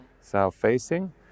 south-facing